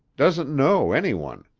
doesn't know any one.